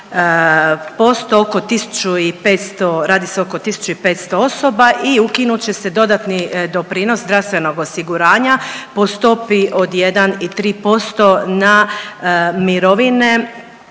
se oko 1.500 osoba i ukinut će se dodatni doprinos zdravstvenog osiguranja po stopi od 1 i 3% na mirovine